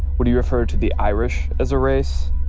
would you refer to the irish as a race?